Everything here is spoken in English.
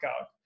out